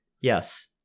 Yes